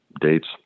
dates